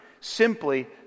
simply